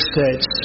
States